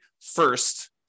first